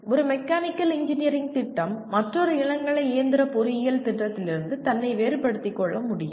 ஒரு mechanical engineering திட்டம் மற்றொரு இளங்கலை இயந்திர பொறியியல் திட்டத்திலிருந்து தன்னை வேறுபடுத்தி கொள்ள முடியும்